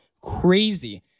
crazy